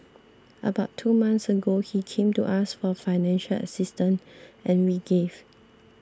about two months ago he came to us for financial assistance and we gave